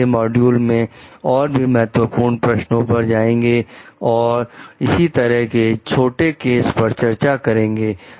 हम अगले मॉड्यूल में और भी महत्वपूर्ण प्रश्नों पर जाएंगे और इसी तरह के छोटे केस पर चर्चा करेंगे